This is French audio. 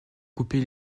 couper